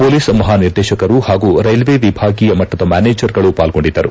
ಕೊಲೀಸ್ ಮಹಾನಿರ್ದೇಶಕರು ಹಾಗೂ ರೈಲ್ವೆ ವಿಭಾಗೀಯ ಮಟ್ಟದ ಮ್ಯಾನೇಜರ್ ಗಳು ಪಾಲ್ಗೊಂಡಿದ್ದರು